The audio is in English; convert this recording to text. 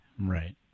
Right